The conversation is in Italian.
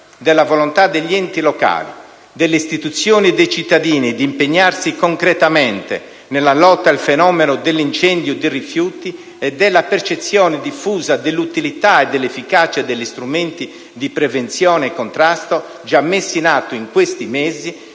della volontà degli enti locali, delle istituzioni e dei cittadini di impegnarsi concretamente nella lotta al fenomeno dell'incendio di rifiuti e della percezione diffusa dell'utilità e dell'efficacia degli strumenti di prevenzione e contrasto già messi in atto in questi mesi,